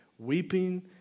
Weeping